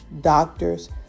doctors